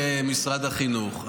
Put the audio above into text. זה משרד החינוך,